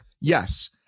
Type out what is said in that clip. Yes